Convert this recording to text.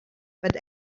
but